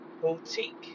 boutique